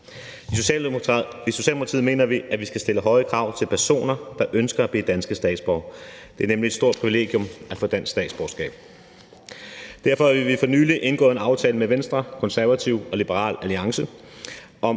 I Socialdemokratiet mener vi, at vi skal stille høje krav til personer, der ønsker at blive danske statsborgere. Det er nemlig et stort privilegium at få dansk statsborgerskab. Derfor har vi for nylig indgået en aftale med Venstre, Konservative og Liberal Alliance om